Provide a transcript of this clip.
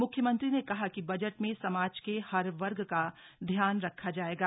मुख्यमंत्री ने कहा कि बजट में समाज के हर वर्ग का ध्यान रखा जायेगा